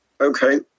Okay